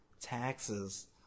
Taxes